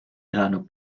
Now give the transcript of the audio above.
elanud